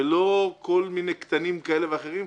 ולא כל מיני קטנים כאלה ואחרים,